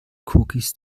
cookies